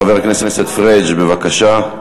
חבר הכנסת פריג', בבקשה.